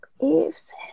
leaves